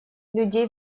людей